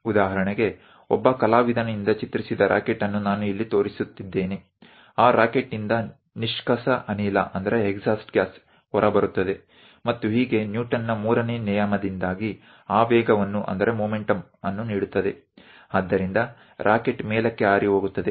ಉದಾಹರಣೆಗೆ ಒಬ್ಬ ಕಲಾವಿದನಿಂದ ಚಿತ್ರಿಸಿದ ರಾಕೆಟ್ ಅನ್ನು ನಾನು ಇಲ್ಲಿ ತೋರಿಸುತ್ತಿದ್ದೇನೆ ಆ ರಾಕೆಟ್ನಿಂದ ನಿಷ್ಕಾಸ ಅನಿಲ ಹೊರಬರುತ್ತದೆ ಮತ್ತು ಹೀಗೆ ನ್ಯೂಟನ್ನ 3 ನೇ ನಿಯಮದಿಂದಾಗಿ ಆವೇಗವನ್ನು ನೀಡುತ್ತದೆ ಆದ್ದರಿಂದ ರಾಕೆಟ್ ಮೇಲಕ್ಕೆ ಹಾರಿಹೋಗುತ್ತದೆ